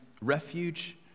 refuge